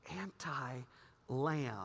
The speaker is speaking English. anti-lamb